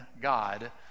God